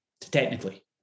technically